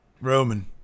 Roman